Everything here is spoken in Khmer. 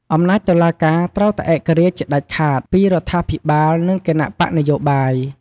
អំណាចតុលាការត្រូវតែឯករាជ្យជាដាច់ខាតពីរដ្ឋាភិបាល និងគណបក្សនយោបាយ។